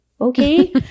okay